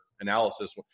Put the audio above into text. analysis